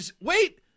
Wait